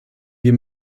wir